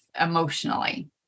emotionally